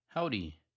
Howdy